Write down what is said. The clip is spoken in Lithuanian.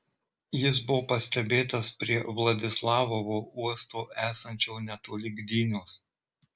jis buvo pastebėtas prie vladislavovo uosto esančio netoli gdynios